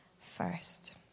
first